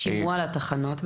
מה בדיוק בעצם?